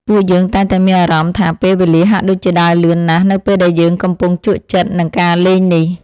ពួកយើងតែងតែមានអារម្មណ៍ថាពេលវេលាហាក់ដូចជាដើរលឿនណាស់នៅពេលដែលយើងកំពុងជក់ចិត្តនឹងការលេងនេះ។